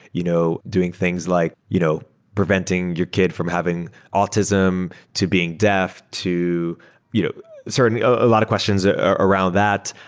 you know doing things like you know preventing your kid from having autism, to being deaf. you know certainly a lot of questions ah ah around that.